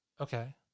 Okay